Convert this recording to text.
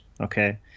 Okay